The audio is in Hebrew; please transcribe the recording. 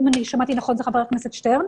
אם אני שמעתי נכון את חבר הכנסת שטרן.